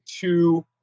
two